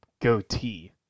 goatee